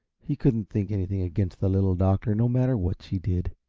he couldn't think anything against the little doctor, no matter what she did.